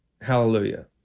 Hallelujah